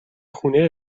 خونه